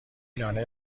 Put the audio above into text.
لانه